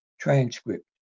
transcript